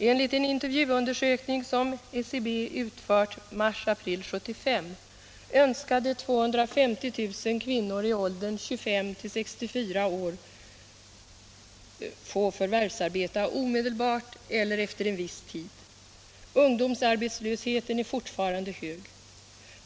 Enligt en intervjuundersökning som SCB utfört i mars — april 1975 önskade 250 000 kvinnor i åldern 25-64 år få förvärvsarbeta omedelbart eller efter en viss tid. Ungdomsarbetslösheten är fortfarande hög.